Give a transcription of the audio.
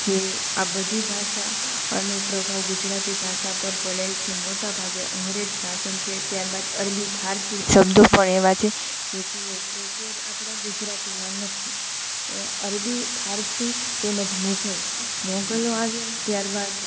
જે આ બધી ભાષા આનો પ્રભાવ ગુજરાતી ભાષા પર પડેલ છે મોટા ભાગે અંગ્રેજ શાસન છે ત્યારબાદ અરબી ફારસી શબ્દો પણ એવા છે કે જે પ્રોપર આપણા ગુજરાતીના નથી એ અરબી ફારસી તેમજ મુઘલ મુઘલો આવ્યા ત્યારબાદ